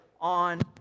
on